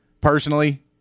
personally